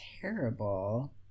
terrible